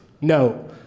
No